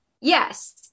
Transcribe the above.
Yes